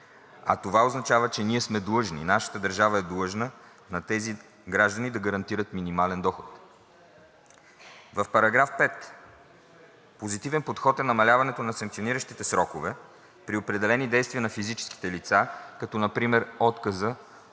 А това означава, че ние сме длъжни, нашата държава е длъжна на тези граждани да гарантира минимален доход. В § 5 позитивен подход е намаляването на санкциониращите срокове при определени действия на физическите лица, като например отказа